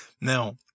Now